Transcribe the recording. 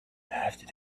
after